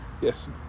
Yes